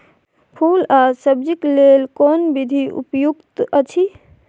फूल आ सब्जीक लेल कोन विधी उपयुक्त अछि?